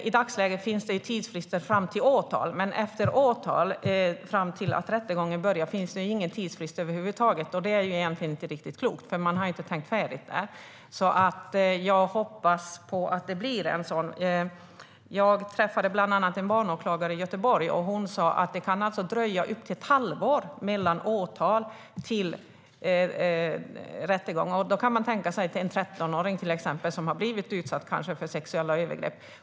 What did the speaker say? I dagsläget finns det nämligen tidsfrister fram till åtal, men mellan åtal och att rättegången börjar finns det ingen tidsfrist över huvud taget. Det är egentligen inte riktigt klokt - där har man inte tänkt färdigt. Jag hoppas alltså att det blir en sådan. Jag träffade bland annat en barnåklagare i Göteborg, och hon sa att det kan dröja upp till ett halvår mellan åtal och rättegång. Man kan till exempel tänka sig en trettonåring som har blivit utsatt för sexuella övergrepp.